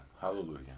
Hallelujah